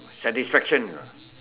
satisfaction ah